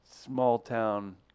small-town